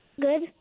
Good